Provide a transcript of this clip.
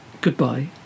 Goodbye